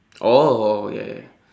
oh oh ya ya ya